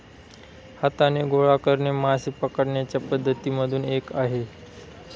हाताने गोळा करणे मासे पकडण्याच्या पद्धती मधून एक आहे